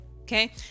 okay